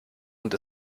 und